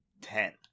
ten